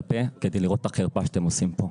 הפה כדי לראות את החרפה שאתם עושים פה.